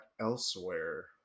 elsewhere